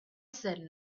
said